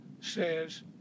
says